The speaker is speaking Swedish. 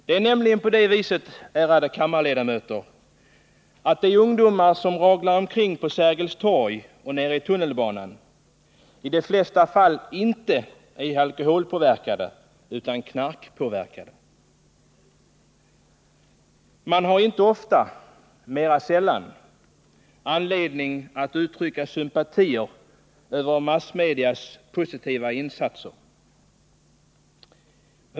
Det är nämligen på det viset, ärade kammarledamöter, att de ungdomar som raglar omkring på Sergels torg och nere i tunnelbanan i de flesta fall inte är alkoholpåverkade utan knarkpåverkade. Man har inte ofta — mera sällan — anledning att uttrycka sympatier för massmedias positiva insatser.